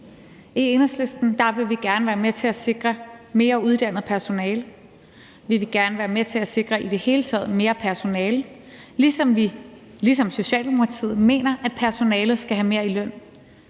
I Enhedslisten vil vi gerne være med til at sikre mere uddannet personale, og vi vil gerne være med til at sikre mere personale i det hele taget, og så mener vi ligesom Socialdemokratiet, at personalet skal have mere i løn.